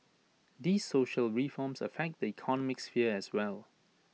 these social reforms affect the economic sphere as well